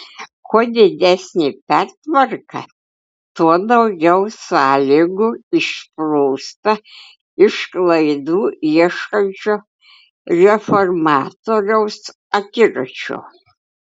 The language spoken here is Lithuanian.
kuo didesnė pertvarka tuo daugiau sąlygų išsprūsta iš klaidų ieškančio reformatoriaus akiračio